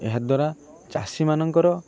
ଏହାଦ୍ୱାରା ଚାଷୀମାନଙ୍କର